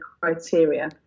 criteria